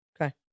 Okay